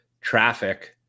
traffic